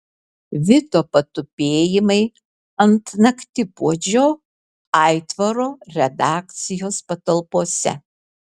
vito patupėjimai ant naktipuodžio aitvaro redakcijos patalpose